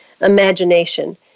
imagination